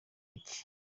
iki